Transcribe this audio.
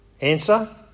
Answer